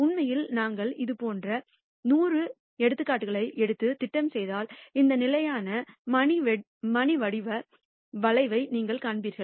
உண்மையில் நான் இதுபோன்ற 100 எடுத்துக்காட்டுகளை எடுத்து திட்டம் செய்தால் இந்த நிலையான மணி வடிவ வளைவை நீங்கள் காண்பீர்கள்